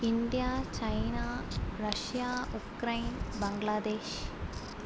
India China Russia Ukraine Bangladesh